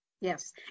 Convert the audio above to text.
Yes